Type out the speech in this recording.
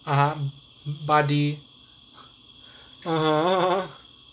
ah buddy